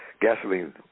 gasoline